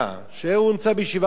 שנמצא בישיבה תורנית,